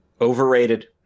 overrated